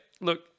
Look